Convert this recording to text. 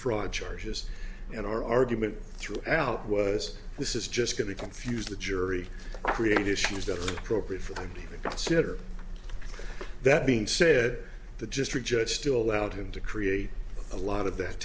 fraud charges and our argument throughout was this is just going to confuse the jury create issues that are appropriate for them to consider that being said the just read judge still allowed him to create a lot of that